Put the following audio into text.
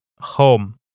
home